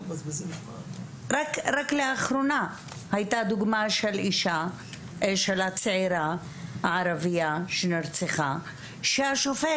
רק לאחרונה הייתה דוגמה של צעירה ערבייה שנרצחה שהשופט